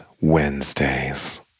Wednesdays